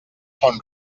font